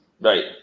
Right